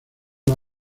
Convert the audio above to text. los